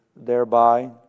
thereby